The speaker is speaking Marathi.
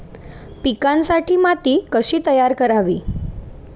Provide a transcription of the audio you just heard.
पिकांसाठी माती कशी तयार करावी?